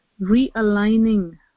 realigning